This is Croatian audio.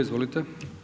Izvolite.